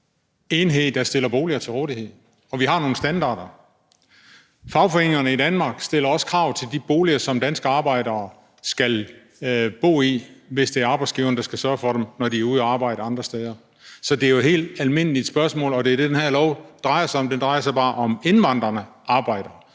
enhed, der stiller boliger til rådighed, og vi har nogle standarder. Fagforeningerne i Danmark stiller også krav til de boliger, som danske arbejdere skal bo i, hvis det er arbejdsgiveren, der skal sørge for dem, når de er ude at arbejde andre steder. Så det er jo et helt almindeligt spørgsmål, og det er det, den her lov drejer sig om, men den drejer sig bare om indvandrende arbejdere.